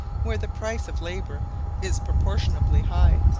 where the price of labour is proportionably high,